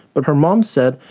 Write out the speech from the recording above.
but her mum said,